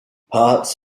parts